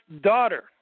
daughter